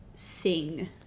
sing